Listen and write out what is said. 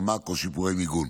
ממ"ק או שיפורי מיגון.